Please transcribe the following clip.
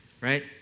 right